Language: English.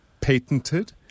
patented